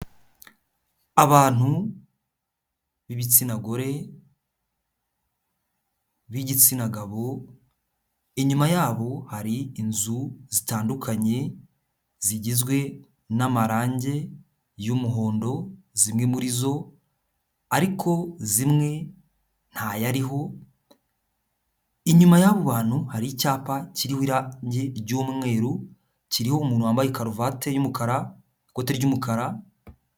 Abantu b'ibitsina gore, b'igitsina gabo, inyuma yabo hari inzu zitandukanye zigizwe n'amarangi y'umuhondo zimwe muri zo ariko zimwe ntayariho, inyuma y'abo bantu hari icyapa kiriho irangi ry'umweru kiriho umuntu wambaye karuvati y'umukara ikote ry'umukara.